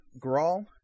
Grawl